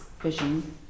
vision